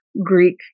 Greek